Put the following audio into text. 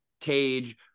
Tage